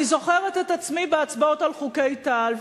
אני זוכרת את עצמי בהצבעות על חוקי טל,